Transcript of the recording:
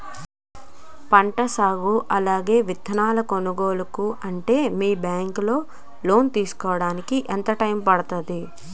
పంట సాగు అలాగే విత్తనాలు కొనాలి అంటే మీ బ్యాంక్ లో లోన్ తీసుకోడానికి ఎంత టైం పడుతుంది?